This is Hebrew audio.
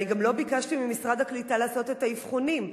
אני גם לא ביקשתי ממשרד הקליטה לעשות את האבחונים.